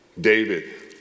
David